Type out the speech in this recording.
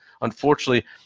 unfortunately